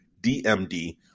DMD